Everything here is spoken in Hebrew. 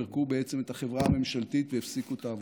בעצם פירקו את החברה הממשלתית והפסיקו את העבודות.